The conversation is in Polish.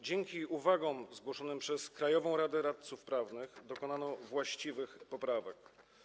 Dzięki uwagom zgłoszonym przez Krajową Radę Radców Prawnych dokonano właściwych poprawek.